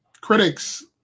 critics